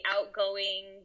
outgoing